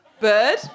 Bird